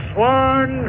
Swan